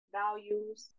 values